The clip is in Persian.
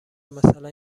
مثلا